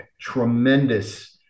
tremendous